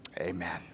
Amen